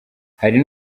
hari